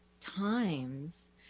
times